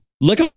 look